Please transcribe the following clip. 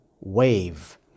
Wave